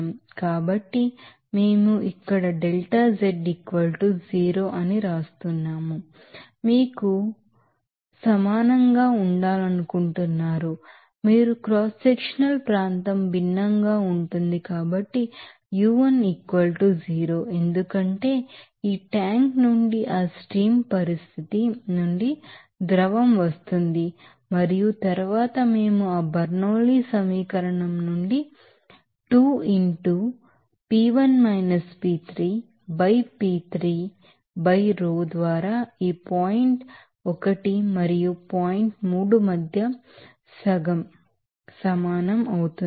కాబట్టి మేము ఇక్కడ delta z 0 ఉంటుంది మీరు మీకు సమానంగా ఉండాలనుకుంటున్నారు మీరు క్రాస్ సెక్షనల్ ప్రాంతం భిన్నంగా ఉంటుంది కాబట్టి u1 0 ఎందుకంటే ఈ ట్యాంక్ నుండి ఆ స్ట్రీమ్ పరిస్థితి నుండి ద్రవం వస్తోంది మరియు తరువాత మేము ఆ బెర్నౌల్లి సమీకరణం నుండి 2 into ఆ p1 p3 by p3 by rho ద్వారా ఈ పాయింట్ 1 మరియు 3 మధ్య సగం సమానం అవుతుంది